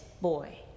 boy